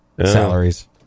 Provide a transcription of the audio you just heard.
salaries